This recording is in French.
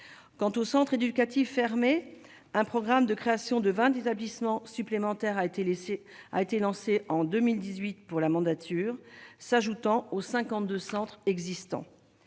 quant aux centres éducatifs fermés, un programme de création de 20 des établissements supplémentaires a été laissé a été lancée en 2018 pour la mandature, s'ajoutant aux 52 centres existants,